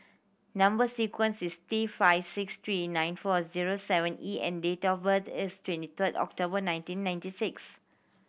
number sequence is T five six three nine four zero seven E and date of birth is twenty third October nineteen ninety six